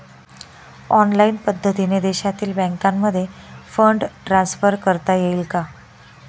Online पद्धतीने देशातील बँकांमध्ये फंड ट्रान्सफर करता येईल का?